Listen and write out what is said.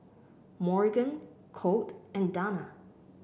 Morgan Colt and Dana